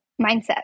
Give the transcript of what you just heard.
mindset